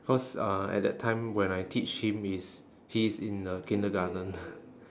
cause uh at that time when I teach him he's he is in the kindergarten